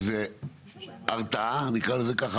שהיא הרתעה, נקרא לזה ככה.